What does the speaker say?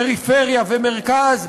פריפריה ומרכז,